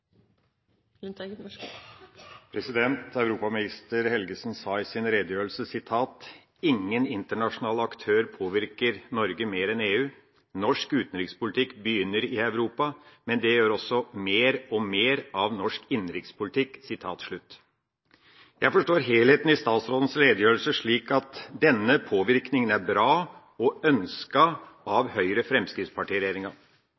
Europaminister Helgesen sa i sin redegjørelse: «Ingen internasjonal aktør påvirker Norge mer enn EU. Norsk utenrikspolitikk begynner i Europa, men det gjør også mer og mer av norsk innenrikspolitikk.» Jeg forstår helheten i statsrådens redegjørelse slik at denne påvirkninga er bra og